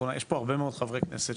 יש פה הרבה מאוד חברי כנסת,